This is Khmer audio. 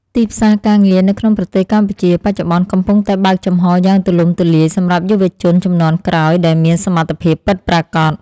ទីផ្សារការងារនៅក្នុងប្រទេសកម្ពុជាបច្ចុប្បន្ន កំពុងតែបើកចំហរយ៉ាងទូលំទូលាយសម្រាប់យុវជនជំនាន់ក្រោយដែលមានសមត្ថភាពពិតប្រាកដ។